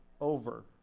over